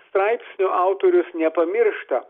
straipsnio autorius nepamiršta